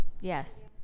yes